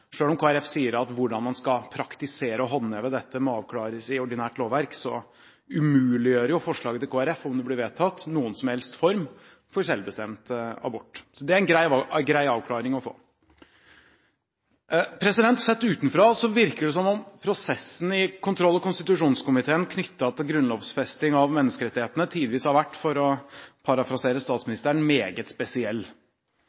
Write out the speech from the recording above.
om Kristelig Folkeparti sier at måten man skal praktisere og håndheve dette på, må avklares i ordinært lovverk, umuliggjør jo forslaget til Kristelig Folkeparti – om det blir vedtatt – noen som helst form for selvbestemt abort. Så det er en grei avklaring å få. Sett utenfra virker det som om prosessene i kontroll- og konstitusjonskomiteen knyttet til grunnlovfesting av menneskerettighetene tidvis har vært – for å parafrasere